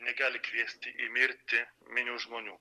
negali kviesti į mirtį minių žmonių